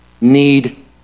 need